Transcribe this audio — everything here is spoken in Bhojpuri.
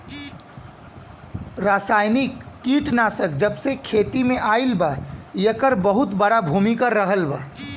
रासायनिक कीटनाशक जबसे खेती में आईल बा येकर बहुत बड़ा भूमिका रहलबा